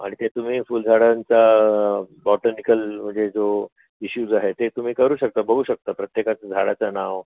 आणखी तुम्ही फुलझाडांचा बॉटनिकल म्हणजे जो टिश्यूज आहे ते तुम्ही करू शकता बघू शकता प्रत्येकाचं झाडाचं नाव